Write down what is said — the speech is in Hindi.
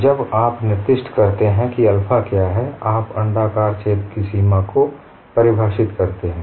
तो जब आप निर्दिष्ट करते हैं कि अल्फा क्या है आप अण्डाकार छेद की सीमा को परिभाषित करते हैं